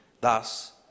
thus